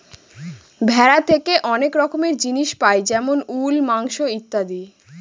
ভেড়া থেকে অনেক রকমের জিনিস পাই যেমন উল, মাংস ইত্যাদি